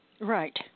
Right